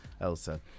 Elsa